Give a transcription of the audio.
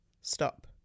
stop